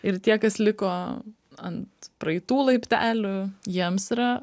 ir tie kas liko ant praeitų laiptelių jiems yra